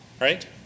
right